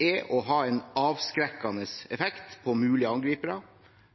er å ha en avskrekkende effekt på mulige angripere